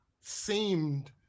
seemed